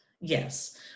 Yes